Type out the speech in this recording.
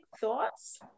thoughts